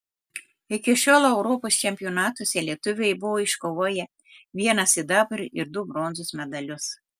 iki šiol europos čempionatuose lietuviai buvo iškovoję vieną sidabro ir du bronzos medalius